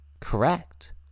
correct